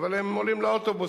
חולי סוכרת,